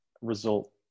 result